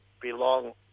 belong